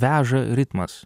veža ritmas